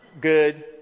Good